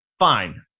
fine